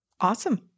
Awesome